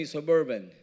Suburban